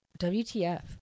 WTF